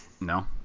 No